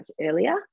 earlier